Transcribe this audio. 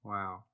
Wow